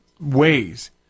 ways